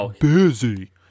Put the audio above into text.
busy